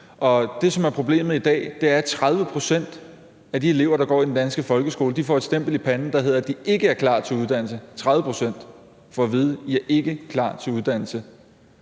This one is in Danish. Det, som er problemet i dag, er, at 30 pct. af de elever, der går i den danske folkeskole, får et stempel i panden, hvor der står, at de ikke er klar til uddannelse – 30 pct. får at vide, at de ikke er klar til uddannelse.